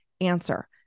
answer